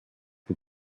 dem